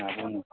आबू ने